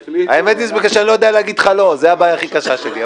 זאת הבעיה הכי קשה שלי.